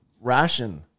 ration